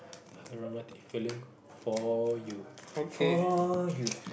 romantic feeling for you for you